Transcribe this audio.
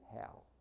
hell